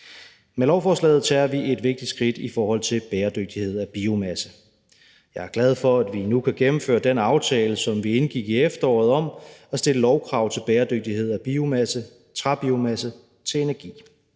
Med lovforslaget tager vi et vigtigt skridt i forhold til bæredygtighed af biomasse. Jeg er glad for, at vi nu kan gennemføre den aftale, som vi indgik i efteråret, om at stille lovkrav til bæredygtighed af biomasse, træbiomasse, til energi.